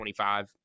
25